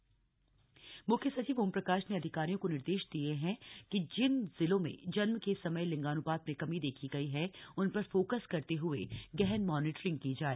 मुख्य सचिव मुख्य सचिव ओमप्रकाश ने अधिकारियों को निर्देश दिए हैं कि जिन जिलों में जन्म के समय लिंगान्पात में कमी देखी गयी है उन पर फोकस करते हुए गहन मॉनिटरिंग की जाए